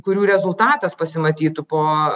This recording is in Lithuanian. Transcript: kurių rezultatas pasimatytų po